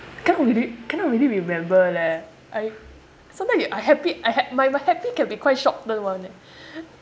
can't really cannot really remember leh I sometimes if I happy I ha~ my my happy can be be quite short term [one] eh